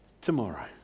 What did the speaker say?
tomorrow